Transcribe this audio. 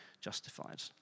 justified